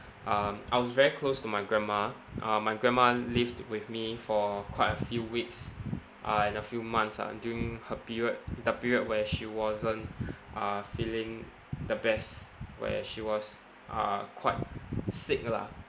um I was very close to my grandma uh my grandma lived with me for quite a few weeks uh and a few months ah during her period the period where she wasn't uh feeling the best where she was uh quite sick lah